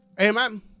Amen